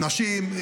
נשים,